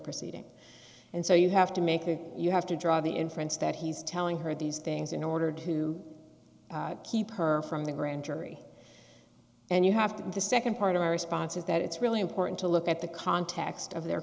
proceeding and so you have to make a you have to draw the inference that he's telling her these things in order to keep her from the grand jury and you have to the second part of her response is that it's really important to look at the context of their